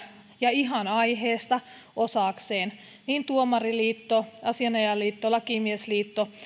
ja ihan aiheesta niin tuomariliitto asianajajaliitto lakimiesliitto